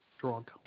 Drunk